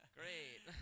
great